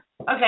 okay